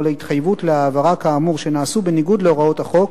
להתחייבות להעברה כאמור שנעשו בניגוד להוראות החוק